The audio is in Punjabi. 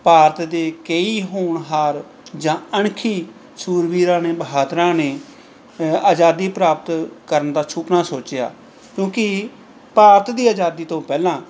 ਭਾਰਤ ਦੇ ਕਈ ਹੋਣਹਾਰ ਜਾਂ ਅਣਖੀ ਸੂਰਬੀਰਾਂ ਨੇ ਬਹਾਦਰਾਂ ਨੇ ਆਜ਼ਾਦੀ ਪ੍ਰਾਪਤ ਕਰਨ ਦਾ ਸੁਪਨਾ ਸੋਚਿਆ ਕਿਉਂਕਿ ਭਾਰਤ ਦੀ ਆਜ਼ਾਦੀ ਤੋਂ ਪਹਿਲਾਂ